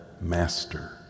master